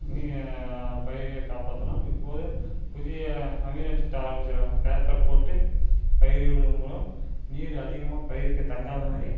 நி அந்த பயிர்களை காப்பாற்றலாம் இப்போது புதிய நவீன திட்டம் ஆரம்பிச்சுருக்காங்க பேப்பர் போட்டு பயிரிடுவதன் மூலம் நீர் அதிகமாக பயிருக்கு தங்காத மாதிரி